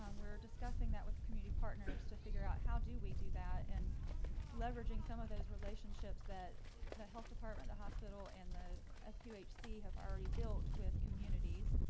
um we're discussing that with community partners to figure out how do we do that and leveraging some of those relationships that the health department, the hospital and the ah fq hc have already built with communities?